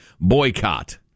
boycott